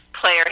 Player